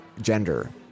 gender